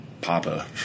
papa